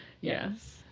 Yes